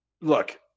look